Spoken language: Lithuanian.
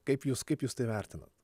kaip jūs kaip jūs tai vertinat